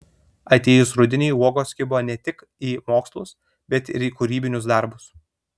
atėjus rudeniui uogos kibo ne tik į mokslus bet ir į kūrybinius darbus